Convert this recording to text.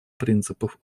принципов